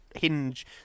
hinge